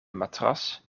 matras